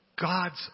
God's